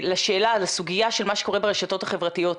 לסוגיה של מה שקורה ברשתות החברתיות,